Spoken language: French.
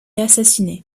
assassiné